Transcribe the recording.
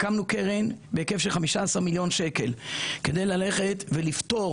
הקמנו קרן בהיקף של 15 מיליון שקלים כדי ללכת ולפטור